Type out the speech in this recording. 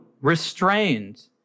restrained